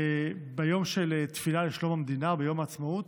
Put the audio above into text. ביום של תפילה לשלום המדינה, ביום העצמאות,